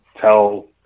tell